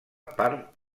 part